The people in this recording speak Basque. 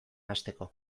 hasteko